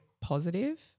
positive